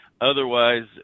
Otherwise